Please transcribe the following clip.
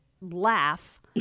laugh